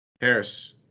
harris